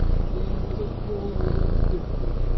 she was a tall woman of fifty,